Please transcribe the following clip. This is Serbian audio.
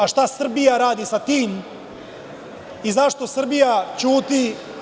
A šta Srbija radi sa tim i zašto Srbija ćuti?